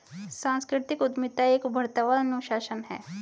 सांस्कृतिक उद्यमिता एक उभरता हुआ अनुशासन है